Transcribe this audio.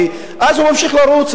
ואז הוא ממשיך לרוץ,